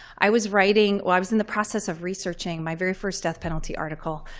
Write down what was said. i was writing, well, i was in the process of researching my very first death penalty article,